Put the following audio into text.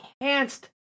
enhanced